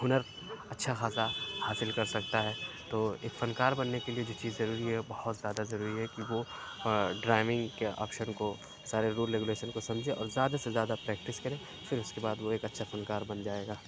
ہُنر اچھا خاصہ حاصل کر سکتا ہے تو ایک فنکار بننے کے لیے جو چیزیں ضروری ہیں بہت زیادہ ضروری ہے کہ وہ ڈراونگ کے آپشن کو سارے رول ریگولیشن کو سمجھے اور زیادہ سے زیادہ پریکٹس کرے پھر اُس کے بعد وہ ایک اچھا فنکار بن جائے گا